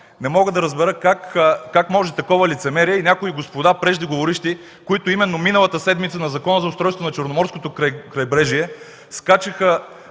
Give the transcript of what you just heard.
Не мога да разбера как може такова лицемерие. Някои преждеговоривши господа, които миналата седмица на Закона за устройство на Черноморското крайбрежие, скачаха